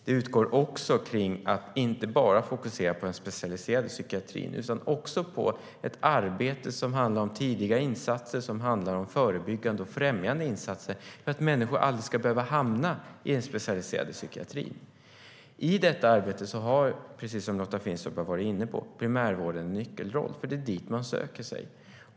Det utgår också från att fokusera inte bara på den specialiserade psykiatrin utan också på ett arbete som handlar om tidiga insatser och om förebyggande och främjande insatser för att människor aldrig ska behöva hamna i den specialiserade psykiatrin. I detta arbete har, precis som Lotta Finstorp har varit inne på, primärvården en nyckelroll eftersom det är dit man söker sig.